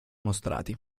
mostrati